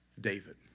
David